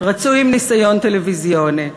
רצוי עם ניסיון טלוויזיוני.